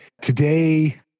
today